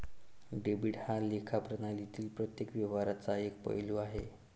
debit हा लेखा प्रणालीतील प्रत्येक व्यवहाराचा एक पैलू आहे